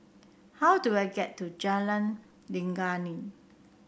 how do I get to Jalan Legundi